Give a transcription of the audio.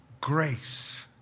grace